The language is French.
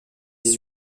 dix